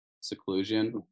seclusion